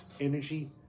energy